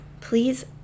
Please